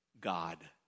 God